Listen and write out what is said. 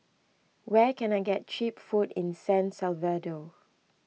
where can I get Cheap Food in San Salvador